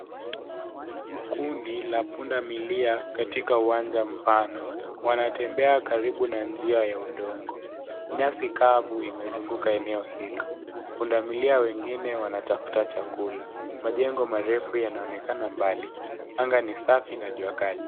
Kundi la punda milia katika uwanja mpana. Wanatembea karibu na njia ya udongo. Nyasi kavu imezunguka eneo hilo. Punda milia wengine wanatafuta chakula. Majengo marefu yanaonekana mbali. Anga ni safi na jua kali.